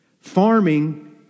Farming